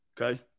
Okay